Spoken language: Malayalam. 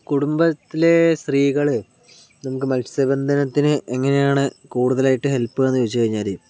കുടുംബത്തിലെ സ്ത്രീകള് നമുക്ക് മത്സ്യ ബന്ധനത്തിന് എങ്ങനെയാണ് കൂടുതലായിട്ട് ഹെൽപ്പെന്ന് ചോദിച്ച് കഴിഞ്ഞാല്